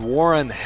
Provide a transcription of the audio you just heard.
Warren